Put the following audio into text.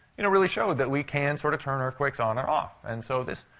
you know, really showed that we can sort of turn earthquakes on or off. and so this,